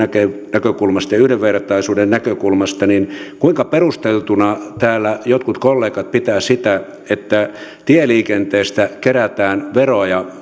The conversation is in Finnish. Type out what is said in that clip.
näkökulmasta ja yhdenvertaisuuden näkökulmasta niin kuinka perusteltuna täällä jotkut kollegat pitävät sitä että tieliikenteestä kerätään veroja